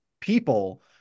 people